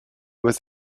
was